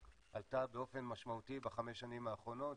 היא עלתה באופן משמעותי בחמש השנים האחרונות.